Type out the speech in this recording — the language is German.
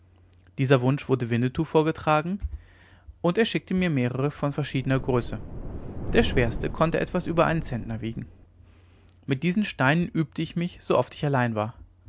dieser wunsch wurde winnetou vorgetragen und er schickte mir mehrere von verschiedener größe der schwerste konnte etwas über einen zentner wiegen mit diesen steinen übte ich mich so oft ich allein war